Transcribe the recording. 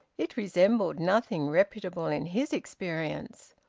it resembled nothing reputable in his experience.